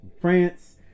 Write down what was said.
France